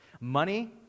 Money